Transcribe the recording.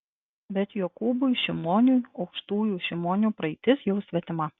bet jokūbui šimoniui aukštųjų šimonių praeitis jau svetima